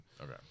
Okay